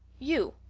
you,